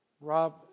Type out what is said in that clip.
Rob